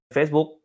Facebook